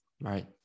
Right